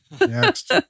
Next